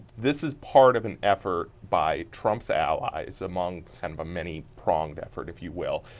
this is part of an effort by trump's allies among kind of many pronged effort, if you will,